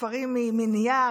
ספרים מנייר,